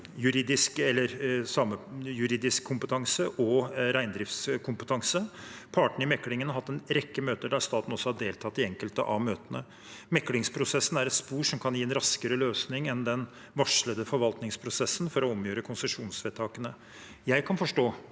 samejuridisk kompetanse og reindriftskompetanse. Partene i meklingen har hatt en rekke møter, der staten også har deltatt i enkelte av møtene. Meklingsprosessen er et spor som kan gi en raskere løsning enn den varslede forvaltningsprosessen for å omgjøre konsesjonsvedtakene. Jeg kan forstå